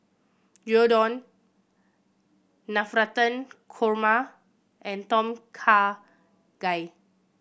Gyudon Navratan Korma and Tom Kha Gai